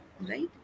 Right